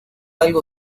algo